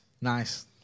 nice